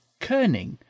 kerning